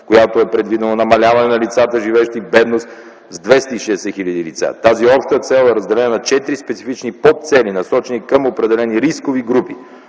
в която е предвидено намаляване на лицата, живеещи в бедност, с 260 хил. лица. Тази обща цел е разделена на четири специфични подцели, насочени към определени рискови групи.